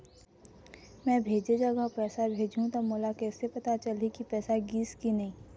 मैं भेजे जगह पैसा भेजहूं त मोला कैसे पता चलही की पैसा गिस कि नहीं?